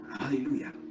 Hallelujah